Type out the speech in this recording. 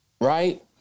right